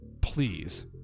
please